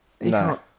No